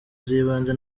z’ibanze